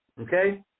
Okay